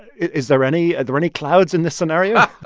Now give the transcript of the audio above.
is there any are there any clouds in this scenario?